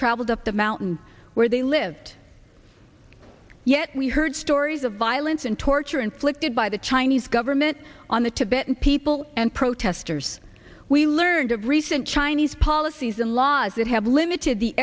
travelled up the mountain where they lived yet we heard stories of violence and torture inflicted by the chinese government on the tibetan people and protesters we learned of recent chinese policies and laws that have limited the